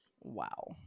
Wow